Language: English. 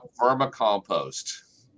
vermicompost